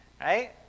Right